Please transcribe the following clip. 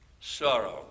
sorrow